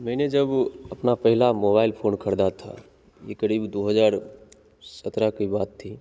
मैंने जब अपना पहला मोबाइल फोन खरीदा था ये करीब दो हजार सत्रह की बात थी